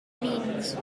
means